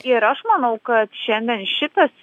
ir aš manau kad šiandien šitas